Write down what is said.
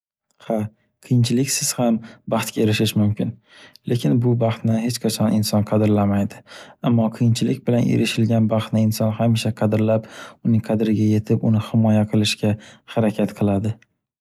Ha, qiyinchiliksiz ham baxtga erishish mumkin. Lekin bu baxtni hech qachon inson qadrlamaydi. Ammo qiyinchilik bilan erishilgan baxtni inson hamisha qadrlab, uni qadriga yetib, uni himoya qilishga harakat qiladi.